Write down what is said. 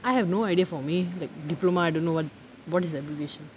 I have no idea for me like diploma I don't know what what is the abbreviations